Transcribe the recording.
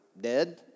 dead